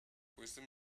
wisdom